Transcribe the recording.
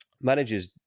managers